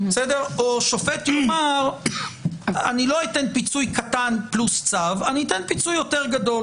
או שופט יאמר: לא אתן פיצוי קטן פלוס צו אתן פיצוי יותר גדול.